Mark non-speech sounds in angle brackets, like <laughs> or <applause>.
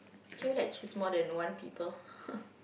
can we like choose more than one people <laughs>